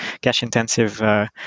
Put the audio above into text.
cash-intensive